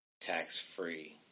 tax-free